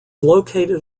located